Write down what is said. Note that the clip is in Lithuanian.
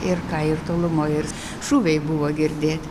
ir ką ir tolumoj ir šūviai buvo girdėt